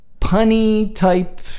punny-type